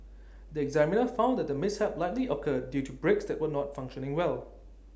the examiner found that the mishap likely occurred due to brakes that were not functioning well